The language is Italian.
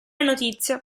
notizia